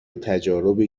تجاربی